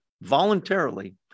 voluntarily